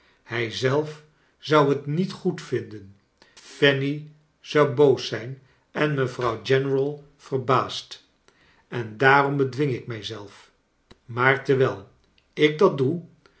hij zelf zou het kleine dorrit niet goed vinden fanny zou boos zijn en mevrouw general verbaasd en daarom bedwing ik mij zelf maar terwijl ik dat doe